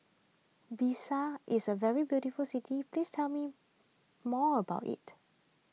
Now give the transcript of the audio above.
Bissau is a very beautiful city please tell me more about it